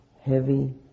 heavy